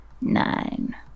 nine